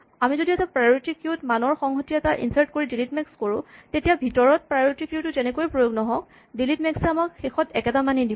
আমি যদি এটা প্ৰায়ৰিটী কিউ ত মানৰ সংহতি এটা ইনচাৰ্ট কৰি ডিলিট মেক্স কৰোঁ তেতিয়া ভিতৰত প্ৰায়ৰিটী কিউ টো যেনেকৈয়ে প্ৰয়োগ নহওঁক ডিলিট মেক্স এ আমাক শেষত একেটা মানেই দিব